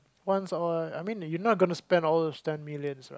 once in a while I mean you not going to spend all those ten millions